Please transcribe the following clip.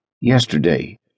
yesterday